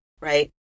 right